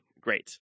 Great